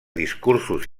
discursos